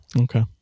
okay